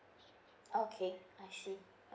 oh okay I see